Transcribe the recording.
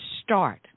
start